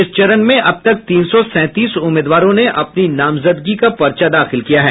इस चरण में अब तक तीन सौ सैंतीस उम्मीदवारों ने अपने नामजदगी का पर्चा दाखिल किया है